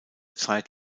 zeit